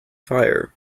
fire